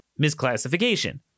misclassification